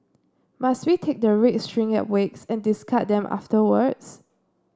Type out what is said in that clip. must we take the red string at wakes and discard them afterwards